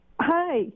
Hi